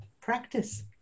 practice